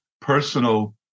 personal